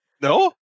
No